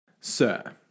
Sir